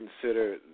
consider